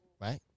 right